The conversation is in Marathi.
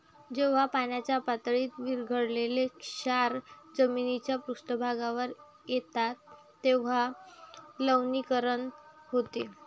जेव्हा पाण्याच्या पातळीत विरघळलेले क्षार जमिनीच्या पृष्ठभागावर येतात तेव्हा लवणीकरण होते